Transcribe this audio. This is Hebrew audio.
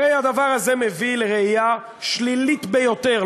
הרי הדבר הזה מביא לראייה שלילית ביותר,